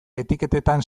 etiketetan